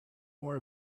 more